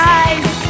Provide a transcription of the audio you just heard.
eyes